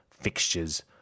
fixtures